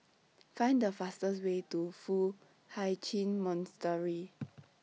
Find The fastest Way to Foo Hai Ch'An Monastery